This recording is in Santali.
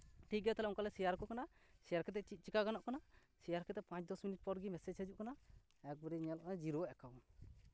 ᱴᱷᱤᱠ ᱜᱮᱭᱟ ᱛᱟᱦᱞᱮ ᱚᱱᱠᱟᱞᱮ ᱥᱮᱭᱟᱨ ᱠᱚ ᱠᱟᱱᱟ ᱥᱮᱭᱟᱨ ᱠᱟᱛᱮᱫ ᱪᱮᱫ ᱪᱮᱠᱟ ᱜᱟᱱᱚᱜ ᱠᱟᱱᱟ ᱥᱮᱭᱟᱨ ᱠᱟᱛᱮᱫ ᱯᱟᱸᱪ ᱫᱚᱥ ᱢᱤᱱᱤᱴ ᱯᱚᱨᱜᱮ ᱢᱮᱥᱮᱡᱽ ᱦᱤᱡᱩᱜ ᱠᱟᱱᱟ ᱮᱠᱵᱟᱨᱮ ᱧᱮᱞᱚᱜ ᱠᱟᱱᱟ ᱡᱤᱨᱳ ᱮᱠᱟᱣᱩᱱᱴ